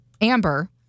Amber